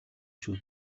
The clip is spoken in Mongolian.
шүү